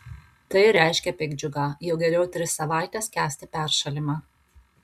tai reiškia piktdžiugą jau geriau tris savaites kęsti peršalimą